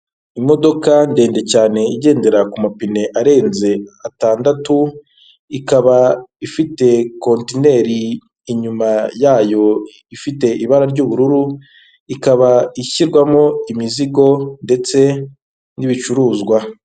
Imodoka ndende cyane igendera ku mapine arenze atandatu, ikaba ifite contineri inyuma yayo ifite ibara ry'ubururu ikaba ishyirwamo imizigo ndetse n'ibicuruzwa.